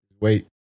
Wait